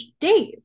Dave